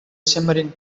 shimmering